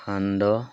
সান্দহ